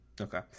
Okay